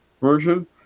Version